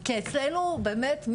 כי אצלנו באמת,